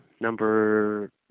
number